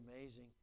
amazing